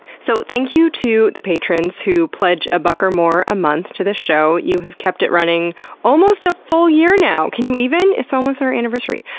so thank you to the patrons who pledge a buck or more a month to the show. you have kept it running almost a full year now! can you even! it's almost our anniversary!